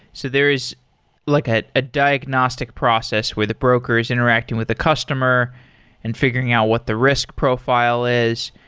so there is like at a diagnostic process where the broker is interacting with the customer and figuring out what the risk profile is.